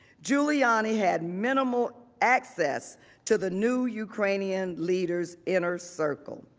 giuliani had minimal access to the new ukrainian leaders inner circle.